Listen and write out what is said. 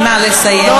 נא לסיים,